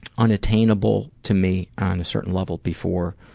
unattainable to me on a certain level before,